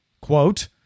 quote